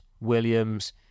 Williams